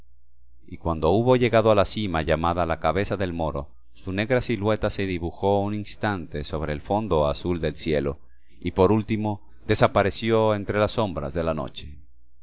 y cuando hubo llegado a la cima llamada la cabeza del moro su negra silueta se dibujó un instante sobre el fondo azul del cielo y por último desapareció entre las sombras de la noche